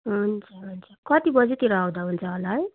हुन्छ हुन्छ कति बजीतिर आउँदा हुन्छ होला है